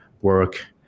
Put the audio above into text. work